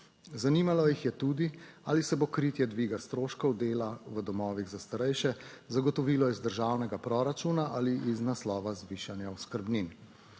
Zanimalo jih je tudi, ali se bo kritje dviga stroškov dela v domovih za starejše zagotovilo iz državnega proračuna ali iz naslova zvišanja oskrbnin.